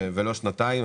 לא לשנתיים.